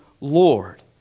Lord